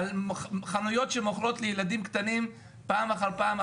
חנויות שמוכרות לילדים קטנים פעם אחר פעם,